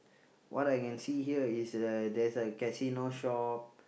what I can see here is uh there's a casino shop